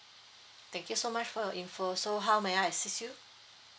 thank you so much for your info so how may I assist you